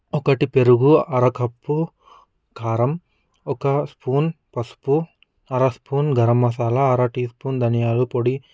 ఒకటి పెరుగు అర కప్పు కారం ఒక స్పూన్ పసుపు అర స్పూన్ గరం మసాలా అరటి టీ స్పూన్ ధనియాల పొడి